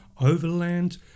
Overland